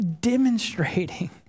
demonstrating